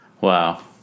Wow